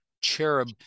cherub